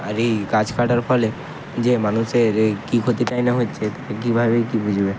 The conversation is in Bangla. আর এই গাছ কাটার ফলে যে মানুষের এই কি ক্ষতিটাই না হচ্ছে কীভাবে কী বুঝবে